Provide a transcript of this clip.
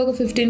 15